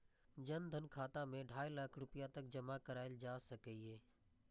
जन धन खाता मे ढाइ लाख रुपैया तक जमा कराएल जा सकैए